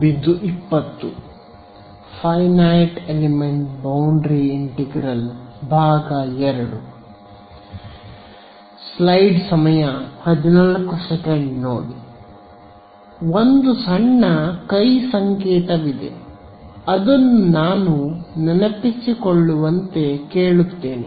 ಒಂದು ಸಂಕ್ಷಿಪ್ತ ಸಂಕೇತವಿದೆ ಅದನ್ನು ನಾನು ನೆನಪಿಸಿಕೊಳ್ಳುವಂತೆ ಕೇಳುತ್ತೇನೆ